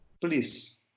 please